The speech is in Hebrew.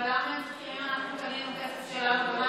אבל למה הם צריכים, עם הכסף שלנו?